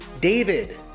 David